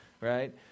right